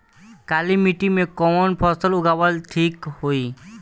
काली मिट्टी में कवन फसल उगावल ठीक होई?